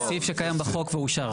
זה סעיף שקיים בחוק ואושר.